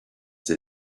they